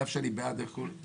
על אף שאני בעד הכול,